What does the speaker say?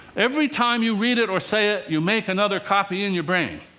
every time you read it or say it, you make another copy in your brain.